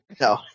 No